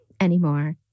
Anymore